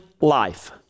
life